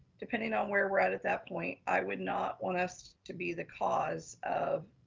depending on where we're at at that point, i would not want us to be the cause of,